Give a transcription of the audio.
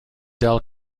del